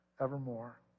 evermore